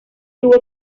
tuvo